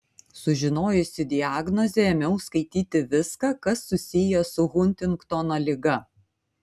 sužinojusi diagnozę ėmiau skaityti viską kas susiję su huntingtono liga